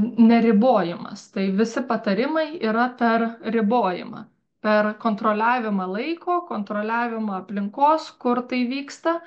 neribojimas tai visi patarimai yra per ribojimą per kontroliavimą laiko kontroliavimą aplinkos kur tai vyksta